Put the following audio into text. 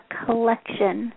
collection